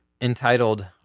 entitled